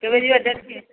କେବେ ଯିବା ଡେଟ୍ କେବେ